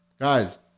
guys